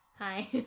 Hi